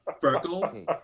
freckles